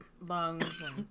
lungs